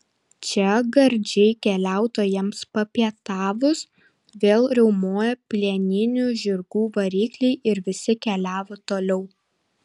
čia gardžiai keliautojams papietavus vėl riaumojo plieninių žirgų varikliai ir visi keliavo toliau